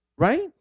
right